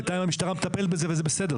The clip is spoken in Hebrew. בינתיים, המשטרה מטפלת בזה וזה בסדר.